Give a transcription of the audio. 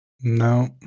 No